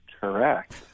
Correct